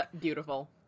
beautiful